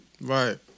Right